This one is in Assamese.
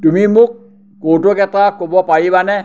তুমি মোক কৌতুক এটা ক'ব পাৰিবানে